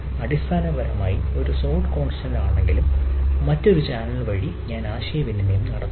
അടിസ്ഥാനപരമായി ഒരു സോഡ് കോൺസ്റ്റന്റ് ആണെങ്കിലും മറ്റൊരു ചാനൽ വഴി ഞാൻ ആശയവിനിമയം നടത്തുന്നു